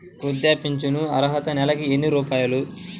వృద్ధాప్య ఫింఛను అర్హత నెలకి ఎన్ని రూపాయలు?